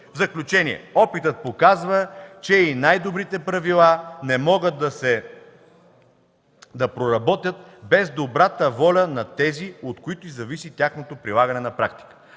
В заключение, опитът показва, че и най-добрите правила не могат да проработят без добрата воля на тези, от които зависи тяхното прилагане на практика.